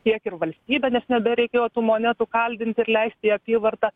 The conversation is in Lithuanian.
tiek ir valstybė nes nebereikėjo tų monetų kaldint ir leist į apyvartą